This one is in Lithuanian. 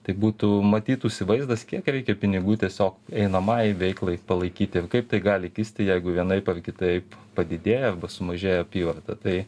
tai būtų matytųsi vaizdas kiek reikia pinigų tiesiog einamajai veiklai palaikyt ir kaip tai gali kisti jeigu vienaip ar kitaip padidėja arba sumažėja apyvarta tai